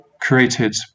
created